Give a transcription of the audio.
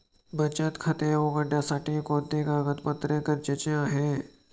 बचत खाते उघडण्यासाठी कोणते कागदपत्रे गरजेचे आहे?